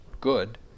good